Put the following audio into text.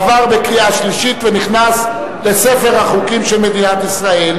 עבר בקריאה שלישית ונכנס לספר החוקים של מדינת ישראל.